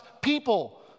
people